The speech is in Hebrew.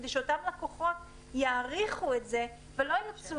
כדי שאותם לקוחות יעריכו את זה ולא ירצו